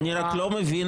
לא,